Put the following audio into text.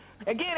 Again